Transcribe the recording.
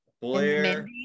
blair